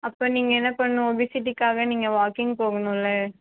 அப்போ நீங்கள் என்ன பண்ணணும் ஒபிசிட்டிக்காக நீங்கள் வாக்கிங் போகணும்ல